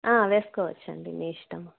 వేసుకోవచ్చండి న ఇష్టము